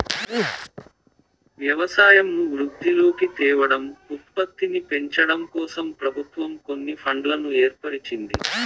వ్యవసాయంను వృద్ధిలోకి తేవడం, ఉత్పత్తిని పెంచడంకోసం ప్రభుత్వం కొన్ని ఫండ్లను ఏర్పరిచింది